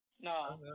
No